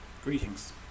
Greetings